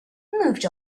moved